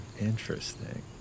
Interesting